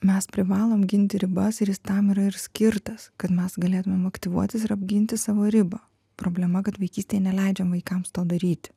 mes privalom ginti ribas ir jis tam yra ir skirtas kad mes galėtumėm aktyvuotis ir apginti savo ribą problema kad vaikystėje neleidžiam vaikams to daryti